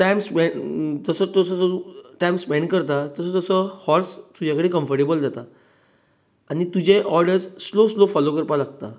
time spend जसो जसो time spend करता तसो तसो हाॅर्स तुजे कडेन कम्फर्टेबल जाता आनी तुजे ऑर्डरस स्लो स्लो फाॅलो करपाक लागता